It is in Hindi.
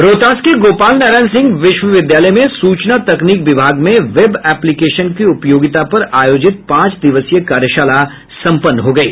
रोहतास के गोपाल नारायण सिंह विश्वविद्यालय में सूचना तकनीक विभाग में वेब एप्लिकेशन की उपयोगिता पर आयोजित पांच दिवसीय कार्यशाला संपन्न हो गयी